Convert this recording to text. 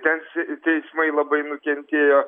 ten teismai labai nukentėjo